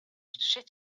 sow